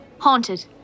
Haunted